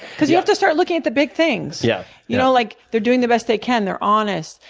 because you have to start looking at the big things, yeah you know, like they're doing the best they can, they're honest.